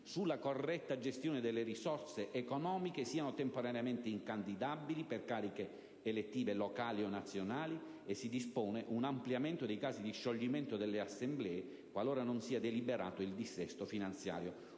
sulla corretta gestione delle risorse economiche, siano temporaneamente incandidabili per cariche elettive locali o nazionali e si dispone un ampliamento dei casi di scioglimento delle assemblee qualora non sia deliberato il dissesto finanziario.